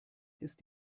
ist